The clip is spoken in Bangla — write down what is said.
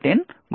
গণনা করা হয়